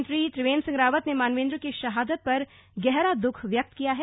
मुख्यमंत्री त्रियेंद्र सिंह रावत ने मानवेंद्र की शहादत पर गहरा दुःख व्यक्त किया है